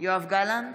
יואב גלנט,